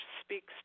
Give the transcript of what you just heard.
speaks